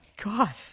God